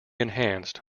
enhanced